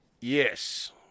Yes